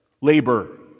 labor